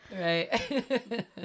right